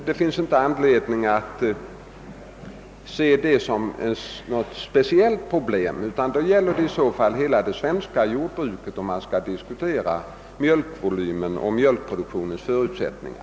Det finns ingen anledning att se Norrland som något speciellt problem, utan problemet gäller hela det svenska jordbruket, när man skall diskutera mjölkvolymen och mjölkproduktionens förutsättningar.